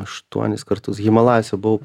aštuonis kartus himalajuose buvau